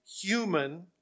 human